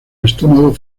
estómago